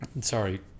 sorry